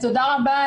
תודה רבה.